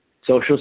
Social